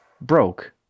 broke